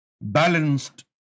balanced